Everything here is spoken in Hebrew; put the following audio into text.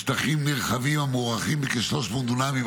בשטחים נרחבים המוערכים בכ-300 דונמים,